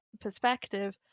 perspective